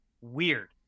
weird